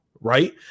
right